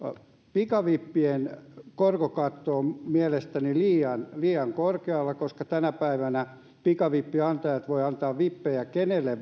pikavippien korkokatto on mielestäni liian liian korkealla koska tänä päivänä pikavippien antajat voivat antaa vippejä kenelle